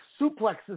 suplexes